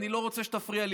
אני לא רוצה שתפריע לי,